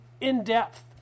in-depth